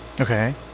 okay